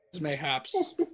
mayhaps